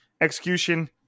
execution